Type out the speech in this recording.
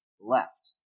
left